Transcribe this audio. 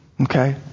Okay